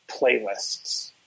playlists